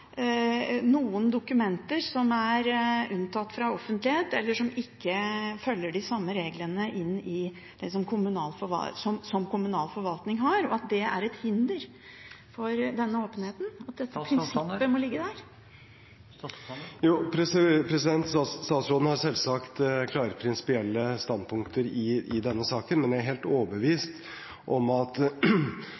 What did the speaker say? noen dokumenter som er unntatt fra offentlighet eller som ikke følger de samme reglene som kommunal forvaltning har, og at det er et hinder for denne åpenheten – at prinsippet må ligge der. Statsråden har selvsagt klare prinsipielle standpunkter i denne saken, men jeg er helt overbevist om at